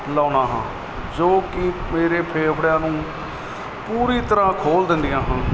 ਲਾਉਂਦਾ ਹਾਂ ਜੋ ਕਿ ਮੇਰੇ ਫੇਫੜਿਆਂ ਨੂੰ ਪੂਰੀ ਤਰ੍ਹਾਂ ਖੋਲ੍ਹ ਦਿੰਦੀਆਂ ਹਨ